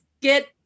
get